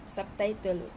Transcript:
Subtitle